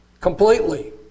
completely